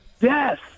Yes